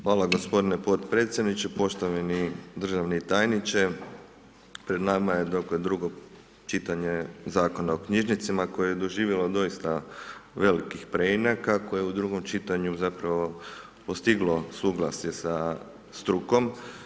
Hvala gospodine podpredsjedniče, poštovani državni tajniče, pred nama je dakle drugo čitanje Zakona o knjižnicama koje je doživjelo doista velikih preinaka koje u drugom čitanju zapravo postiglo suglasje sa strukom.